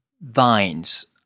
vines